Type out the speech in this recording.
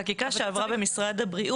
אני חושבת שזו חקיקה שעברה במשרד הבריאות.